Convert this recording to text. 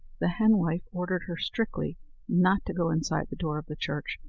the henwife ordered her strictly not to go inside the door of the church,